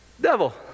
devil